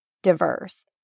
diverse